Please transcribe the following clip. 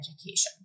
education